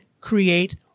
create